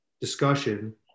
discussion